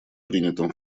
принятым